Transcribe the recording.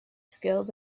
skilled